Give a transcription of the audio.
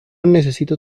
necesito